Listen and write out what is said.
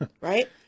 right